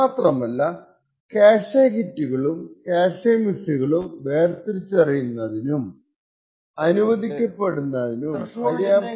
മാത്രമല്ല ക്യാഷെ ഹിറ്റുകളും ക്യാഷെ മിസ്സുകളും വേർതിരിച്ചറിയുന്നതിനും അനുവദിക്കപ്പെടുന്നതിനും പര്യാപ്തമായ വലിയ വാല്യൂവുമാണ്